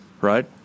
Right